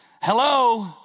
hello